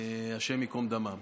השם ייקום דמם.